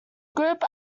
group